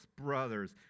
brothers